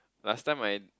last time I